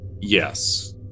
Yes